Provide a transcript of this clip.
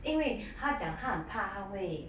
因为他讲他很它怕会